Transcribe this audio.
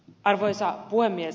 arvoisa puhemies